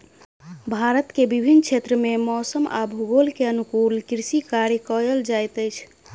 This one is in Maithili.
भारत के विभिन्न क्षेत्र में मौसम आ भूगोल के अनुकूल कृषि कार्य कयल जाइत अछि